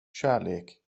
kärlek